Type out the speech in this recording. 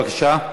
בבקשה.